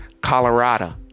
Colorado